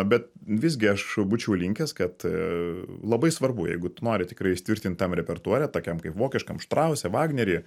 bet visgi aš būčiau linkęs kad labai svarbu jeigu tu nori tikrai įsitvirtint tam repertuare tokiam kaip vokiškam štrause vagneryje